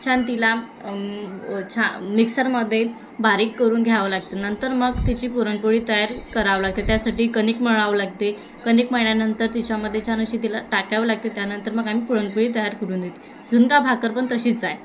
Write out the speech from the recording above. छान तिला छा मिक्सरमध्ये बारीक करून घ्यावं लागते नंतर मग तिची पुरणपोळी तयार करावं लागते त्यासाठी कणिक मळावं लागते कणिक मळल्यानंतर तिच्यामध्ये छान अशी तिला टाकावं लागते त्यानंतर मग आमी पुरणपोळी तयार करून देते झुणकाभाकर पण तशीच आहे